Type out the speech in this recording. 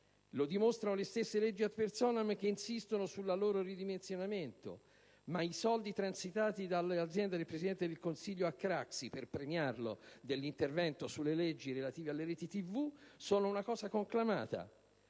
lo dimostrano le stesse leggi *ad personam* che insistono sul loro ridimensionamento; ma i soldi transitati dalle aziende del Presidente del Consiglio a Craxi per premiarlo dell'intervento sulle leggi relative alle reti Tv sono una cosa conclamata.